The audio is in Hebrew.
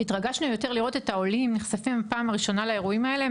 התרגשנו יותר לראות את העולים נחשפים בפעם הראשונה לאירועים האלה,